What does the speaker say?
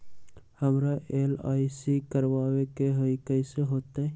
हमरा एल.आई.सी करवावे के हई कैसे होतई?